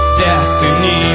destiny